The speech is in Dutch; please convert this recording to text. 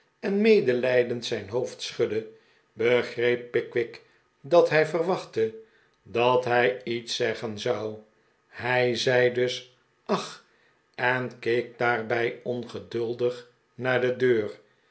en medelijdend zijn hoofd schudde begreep pickwick dat hij verwachtte dat hij iets zeggen zou hij zei dus ach en keek daarbij ongeduldig naar de deur